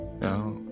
Now